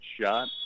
shot